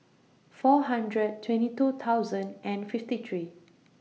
four hundred twenty two thousand and fifty three